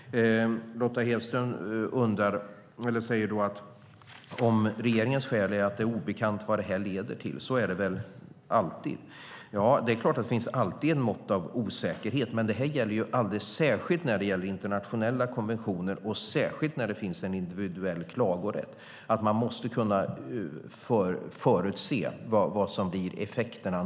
Lotta Hedström säger att regeringens skäl är att det är obekant vad protokollet ska leda till, och så är det väl alltid. Ja, det är klart att det alltid finns ett mått av osäkerhet, men det här gäller alldeles särskilt i fråga om internationella konventioner och särskilt när det finns en individuell klagorätt. Man måste någorlunda kunna förutse effekterna.